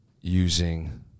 using